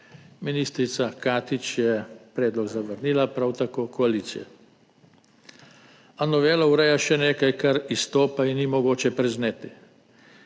Ministrica Katič je predlog zavrnila, prav tako koalicija. A novela ureja še nekaj, kar izstopa in česar ni mogoče prezreti.